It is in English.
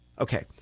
Okay